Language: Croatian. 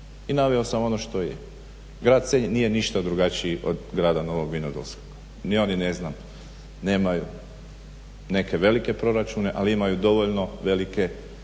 i naveo sam ono što je. Grad Senj nije ništa drugačiji od grada Novog Vinodolskog, ni on ni ne znam nemaju neke velike proračune ali imaju dovoljno velike da